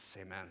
Amen